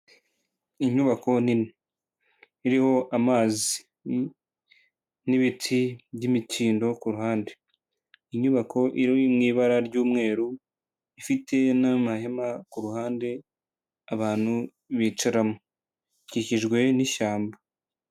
Inyubako nini iriho amazi n'ibiti by'imitindo kuruhande, inyubako iri mu ibara ry'umweru ifite n'amahema kuruhande abantu bicaramo ikikijwe n'ishyamba.